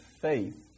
faith